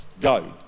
go